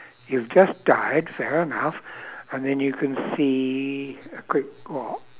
you've just died fair enough and then you can see a good what